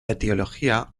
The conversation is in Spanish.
etiología